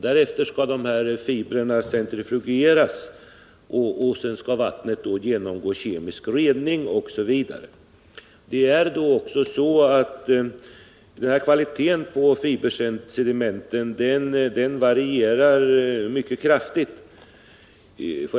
Därefter skall fibrerna centrifugeras, och sedan skall vattnet genomgå kemisk rening, osv. Det är också så att kvaliteten på fibersedimenten varierar mycket kraftigt.